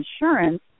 insurance